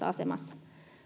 asemassa